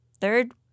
third